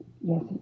Yes